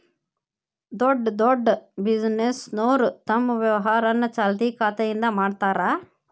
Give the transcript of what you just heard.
ದೊಡ್ಡ್ ದೊಡ್ಡ್ ಬಿಸಿನೆಸ್ನೋರು ತಮ್ ವ್ಯವಹಾರನ ಚಾಲ್ತಿ ಖಾತೆಯಿಂದ ಮಾಡ್ತಾರಾ